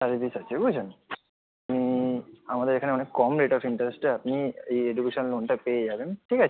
service আছে বুঝেছেন আমাদের এখানে অনেক কম রেট অফ ইন্টারেস্টে আপনি এই এডুকেশান লোনটা পেয়ে যাবেন ঠিক আছে